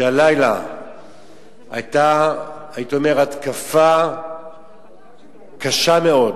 שהלילה היתה, הייתי אומר, התקפה קשה מאוד